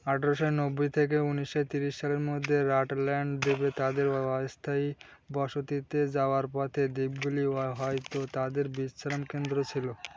আঠেরোশো নব্বই থেকে উনিশশো ত্রিশ সালের মধ্যে রাটল্যান্ড দ্বীপে তাদের অস্থায়ী বসতিতে যাওয়ার পথে দ্বীপগুলি অ হয়তো তাদের বিশ্রামকেন্দ্র ছিল